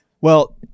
Well-